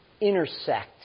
intersect